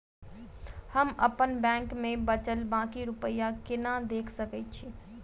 हम अप्पन बैंक मे बचल बाकी रुपया केना देख सकय छी?